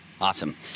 Awesome